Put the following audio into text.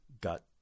got